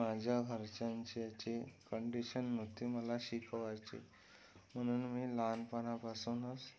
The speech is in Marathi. माझ्या घरच्यांच्याचे कंडिशन नव्हती मला शिकवायची म्हणून मी लहानपणापासूनच